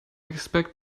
expect